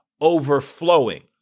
overflowing